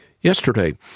Yesterday